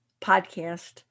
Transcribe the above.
podcast